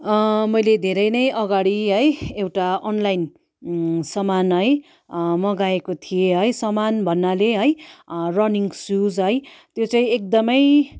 मैले धेरै नै अगाडि है एउटा अनलाइन सामान है मगाएको थिएँ है सामान भन्नाले है रनिङ सुज है त्यो चाहिँ एकदमै